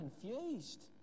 confused